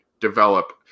develop